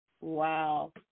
Wow